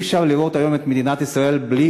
אי-אפשר לראות היום את מדינת ישראל בלי